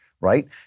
right